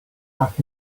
back